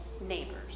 neighbors